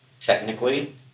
technically